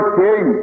king